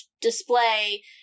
display